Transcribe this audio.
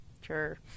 Sure